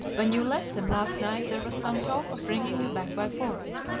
when you left them last night there was some talk of bringing you back by force.